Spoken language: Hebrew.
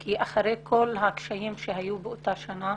כי אחרי כל הקשיים שהיו באותה שנה,